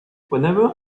whenever